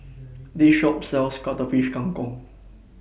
This Shop sells Cuttlefish Kang Kong